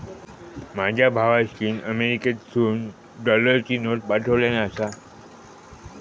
माझ्या भावाशीन अमेरिकेतसून डॉलरची नोट पाठवल्यान आसा